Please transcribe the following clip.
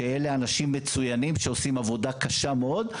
שאלה אנשים מצוינים שעושים עבודה קשה מאוד,